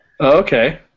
Okay